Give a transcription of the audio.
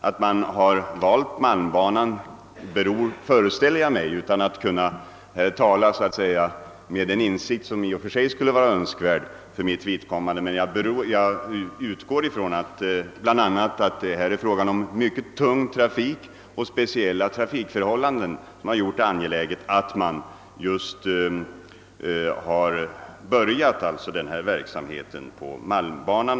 Att Malmbanan valts beror — föreställer jag mig, utan att kunna tala med den insikt som i och för sig skulle vara önskvärd — bl.a. på att det där är fråga om speciella trafikförhållanden. Jag utgår alltså från att det är dessa förhållanden som gjort det angeläget att börja verksamheten på Malmbanan.